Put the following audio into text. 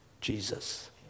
Jesus